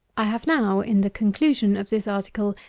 i have now, in the conclusion of this article,